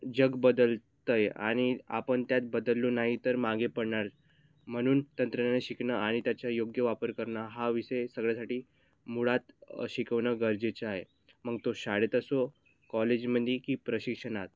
जग बदलतं आहे आणि आपण त्यात बदललो नाही तर मागे पडणार म्हणून तंत्रज्ञान शिकणं आणि त्याचा योग्य वापर करणं हा विषय सगळ्यासाठी मुळात शिकवणं गरजेचं आहे मग तो शाळेत असो कॉलेजमध्ये की प्रशिक्षणात